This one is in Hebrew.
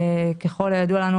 ככל הידוע לנו,